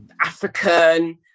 African